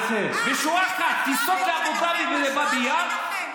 טיסות לאבו דאבי ולבאבי יאר,